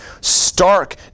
stark